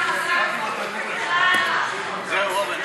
הגנה על עובדים